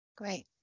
Great